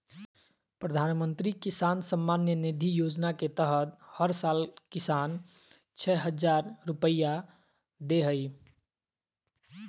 प्रधानमंत्री किसान सम्मान निधि योजना के तहत हर साल किसान, छह हजार रुपैया दे हइ